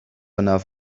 enough